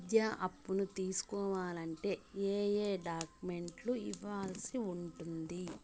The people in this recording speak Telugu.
విద్యా అప్పును తీసుకోవాలంటే ఏ ఏ డాక్యుమెంట్లు ఇవ్వాల్సి ఉంటుంది